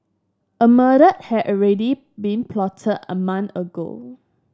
a murder had already been plotted a month ago